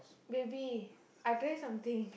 baby I tell you something